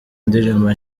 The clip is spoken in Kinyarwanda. indirimbo